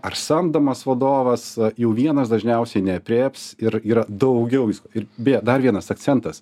ar samdomas vadovas jau vienas dažniausiai neaprėps ir yra daugiau visko ir beje dar vienas akcentas